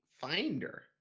Finder